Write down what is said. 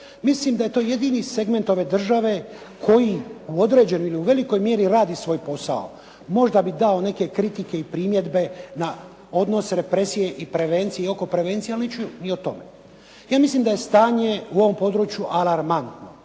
mislim da je to jedini segment ove države koji u određenim ili u velikoj mjeri radi svoj posao, možda bih dao neke kritike i primjedbe na odnos represije i prevencije i oko prevencije ali neću i o tome. Ja mislim da je stanje u ovom području alarmantno,